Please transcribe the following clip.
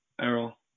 Errol